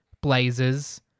blazers